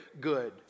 good